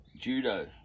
judo